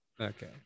okay